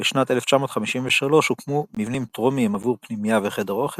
בשנת 1953 הוקמו מבנים טרומיים עבור פנימייה וחדר אוכל,